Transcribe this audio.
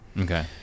okay